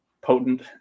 potent